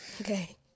Okay